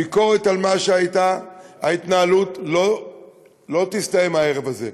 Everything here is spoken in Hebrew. הביקורת על ההתנהלות שהייתה לא תסתיים הערב הזה,